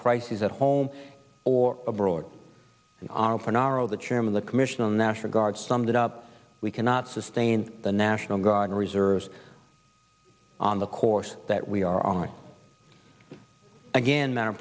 crises at home or abroad or narrow the chairman the commission on national guard summed up we cannot sustain the national guard and reserves on the course that we are on again